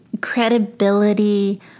credibility